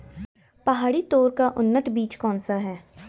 पहाड़ी तोर का उन्नत बीज कौन सा है?